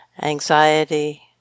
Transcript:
anxiety